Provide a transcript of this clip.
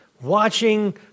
Watching